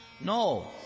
No